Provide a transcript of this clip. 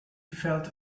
felt